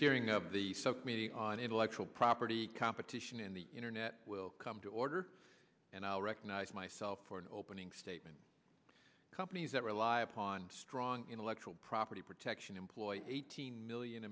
hearing of the subcommittee on intellectual property competition in the internet will come to order and i'll recognize myself for an opening statement companies that rely upon strong intellectual property protection employ eighteen million